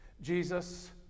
Jesus